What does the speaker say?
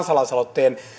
kansalaisaloitteen